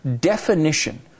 definition